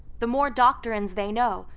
the more doctrines they know,